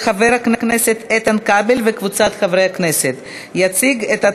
עברה בקריאה טרומית ועוברת לוועדת החוקה,